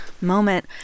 moment